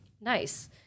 Nice